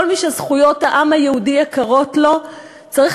כל מי שזכויות העם היהודי יקרות לו צריך